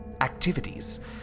activities